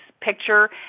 picture